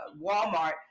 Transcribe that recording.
Walmart